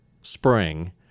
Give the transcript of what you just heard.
spring